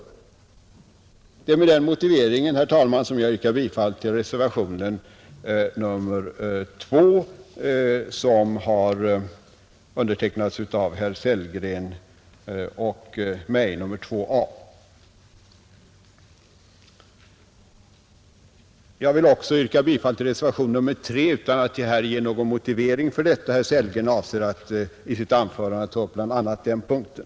Den statliga trafik Det är med den motiveringen, herr talman, som jag yrkar bifall till — Politiken m.m. reservationen 2 a, som herr Sellgren och jag har avgivit. Jag vill också yrka bifall till reservationen 3 utan att här ange några motiveringar för detta; herr Sellgren avser att i sitt anförande ta upp bl.a. den punkten.